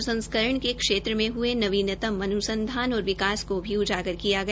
प्रसंस्करण के क्षेत्र में हये नवीनतम अन्संधान और विकास को भी उजागर किया गया